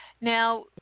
now